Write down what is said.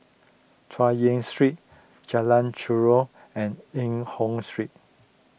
Chay Yan Street Jalan Chorak and Eng Hoon Street